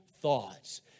thoughts